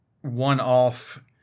one-off